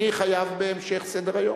אני חייב בהמשך סדר-היום.